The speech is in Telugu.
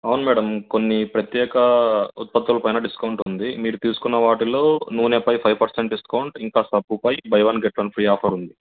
అవును మేడం కొన్ని ప్రత్యేక ఉత్పత్తుల పైన డిస్కౌంట్ ఉంది మీరు తీసుకున్న వాటిలో నూనెపై ఫైవ్ పర్సెంట్ డిస్కౌంట్ ఇంకా సబ్బుపై buy one get one free offer ఉంది